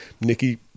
Nikki